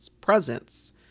presence